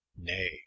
Nay